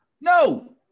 No